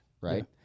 right